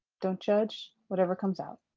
don't judge whatever comes out.